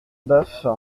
boeuf